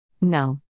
No